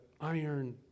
iron